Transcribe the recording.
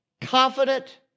confident